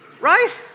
Right